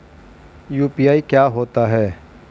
UPI क्या होता है?